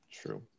True